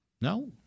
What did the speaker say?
No